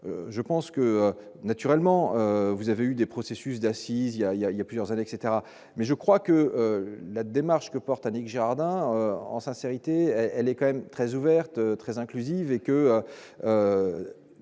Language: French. je pense que, naturellement, vous avez eu des processus d'assises il y a, il y a, il y a plusieurs à l'etc, mais je crois que la démarche que porte Annick Girardin en sincérité, elle est quand même très ouverte, très inclusive et que